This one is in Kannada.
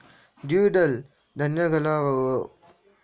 ದ್ವಿದಳ ಧಾನ್ಯಗಳಾವುವು?